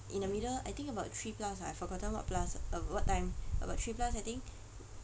in the middle I think about three plus ah I've forgotten what plus um what time about three plus I think